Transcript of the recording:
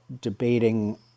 debating